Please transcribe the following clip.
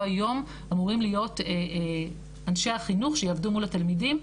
היום אמורים להיות אנשי החינוך שיעבדו מול התלמידים.